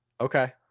Okay